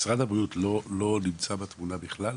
משרד הבריאות לא נמצא בתמונה בכלל?